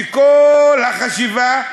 וכל החשיבה,